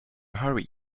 hurry